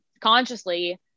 consciously